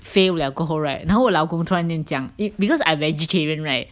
fail liao 过后 right 然后我老公突然间讲 eh because I vegetarian right